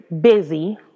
busy